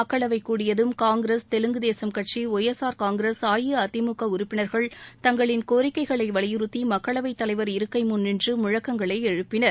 மக்களவை கூடியதும் காங்கிரஸ் தெலுங்கு தேசம் கட்சி Y S R Congress AIADMK உறுப்பினர்கள் தங்களின் கோரிக்கைகளை வலியுறுத்தி மக்களவைத் தலைவர் இருக்கை முன் நின்று முழக்கங்களை எழுப்பினர்